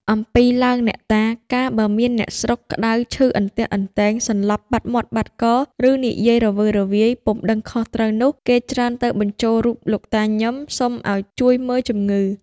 អំពីឡើងអ្នកតា កាលបើមានអ្នកស្រុកក្ដៅឈឺអន្ទះអន្ទែង សន្លប់បាត់មាត់បាត់ក ឫនិយាយរវើរវាយ ពុំដឹងខុសត្រូវនោះ គេច្រើនទៅបញ្ចូលរូបលោកតាញឹម សុំឲ្យជួយមើលជំងឺ។